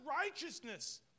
righteousness